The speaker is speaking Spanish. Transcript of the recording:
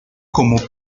como